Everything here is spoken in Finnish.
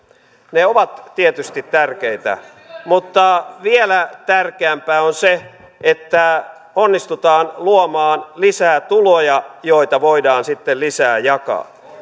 ne ovat tietysti tärkeitä mutta vielä tärkeämpää on se että onnistutaan luomaan lisää tuloja joita voidaan sitten lisää jakaa